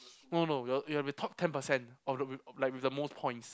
no no your you have the top ten percent of the like with the most points